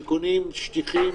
שקונים שטיחים,